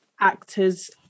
actors